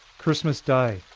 christmas day.